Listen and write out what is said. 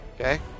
Okay